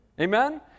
Amen